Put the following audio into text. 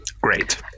Great